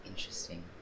Interesting